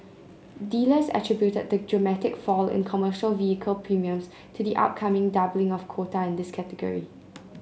dealers attributed the dramatic fall in commercial vehicle premiums to the upcoming doubling of quota in this category